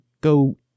go